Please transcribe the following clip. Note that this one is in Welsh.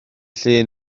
llun